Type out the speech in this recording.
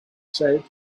said